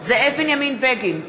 זאב בנימין בגין,